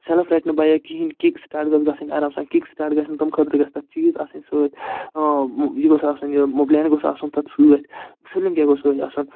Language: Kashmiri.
سیٚلٕف رَٹہِ نہٕ بایک کِہیٖنۍ کِک سِٹارٹ گٔژھ گژھٕنۍ آرام سان کِک سِٹارٹ گژھیٚن تَمہِ خٲطرٕ گٔژھہِ تَتھ چیٖز آسٕنۍ سۭتۍ ٲں یہِ گوٚژھ آسُن یہِ مُبلیٮل گوٚژھ آسُن تَتھ سۭتۍ سٲلِم کیٚنٛہہ گوٚژھ سۭتۍ آسُن